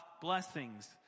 blessings